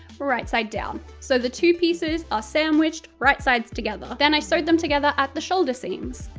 right side down. so, the two pieces are sandwiched right-sides-together. then i sewed them together at the shoulder seams.